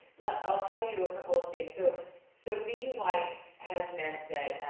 like i'll tell you a couple of things. so, so being white has meant that,